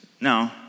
No